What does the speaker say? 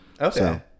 Okay